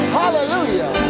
hallelujah